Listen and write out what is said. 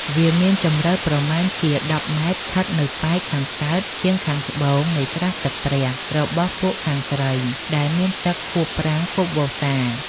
វាមានជម្រៅប្រមាណជា ១០ ម. ឋិតនៅប៉ែកខាងកើត ឆៀងខាងត្បូង នៃស្រះទឹកព្រះ របស់ពួកខាងស្រី ដែលមានទឹកខួបប្រាំងខួបវស្សា ។